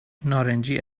نارنجی